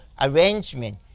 arrangement